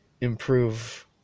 improve